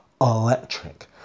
electric